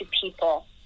people